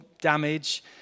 damage